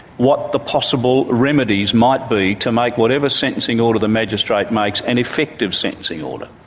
what the possible remedies might be to make whatever sentencing order the magistrate makes an effective sentencing order.